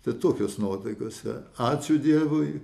tai tokios nuotaikos ačiū dievui